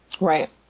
right